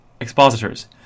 expositors